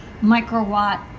microwatt